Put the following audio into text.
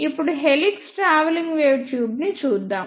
ఇప్పుడు helix travelling wave tube ని చూద్దాము